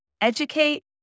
Educate